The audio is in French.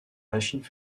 machines